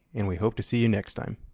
and we hope to see you next time.